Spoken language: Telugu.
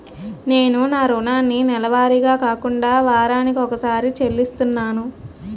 నేను నా రుణాన్ని నెలవారీగా కాకుండా వారాని కొక్కసారి చెల్లిస్తున్నాను